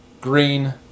green